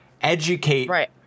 Educate